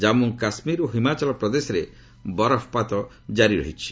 ଜନ୍ମୁ କାଶ୍ମୀର ଓ ହିମାଚଳ ପ୍ରଦେଶରେ ବରଫପାତ କାରି ରହିଛି